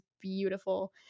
beautiful